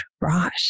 right